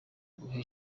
guhesha